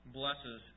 blesses